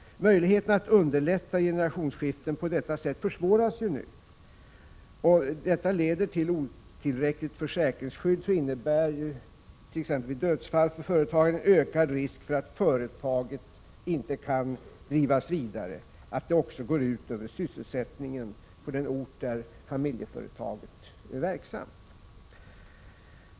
Möjligheterna att underlätta generationsskiften på detta sätt försvåras ju nu. Om det leder till ett otillräckligt försäkringsskydd, så innebär t.ex. dödsfall för företagare en ökad risk för att företaget inte kan drivas vidare, vilket också går ut över sysselsättningen på den ort där familjeföretaget är verksamt.